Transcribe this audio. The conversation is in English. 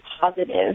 positive